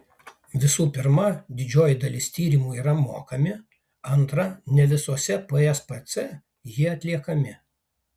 visų pirma didžioji dalis tyrimų yra mokami antra ne visose pspc jie atliekami